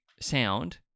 sound